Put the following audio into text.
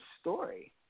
story